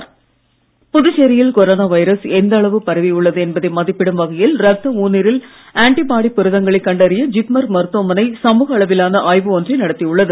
புதுச்சேரி ஆய்வு புதுச்சேரியில் corona virus எந்த அளவு பரவி உள்ளது என்பதை மதிப்பிடும் வகையில் ரத்த ஊனீரில் ஆன்டிபாடி புரதங்களை கண்டறிய ஜிப்மர் மருத்துவமனை சமூக அளவிலான ஆய்வு ஒன்றை நடத்தி உள்ளது